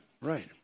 Right